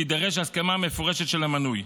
תידרש הסכמה מפורשת של המנוי.